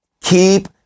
Keep